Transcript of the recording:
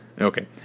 Okay